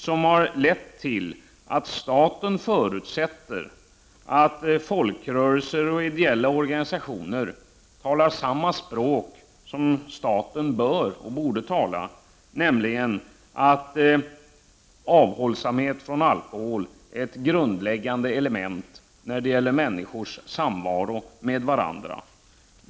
Staten förutsätter att folkrörelser och ideella organisationer talar samma språk som staten bör tala, nämligen att avhållsamhet från alkohol är ett grundläggande element när det gäller människors samvaro med varandra.